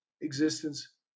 existence